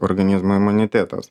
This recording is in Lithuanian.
organizmo imunitetas